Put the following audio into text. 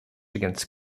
against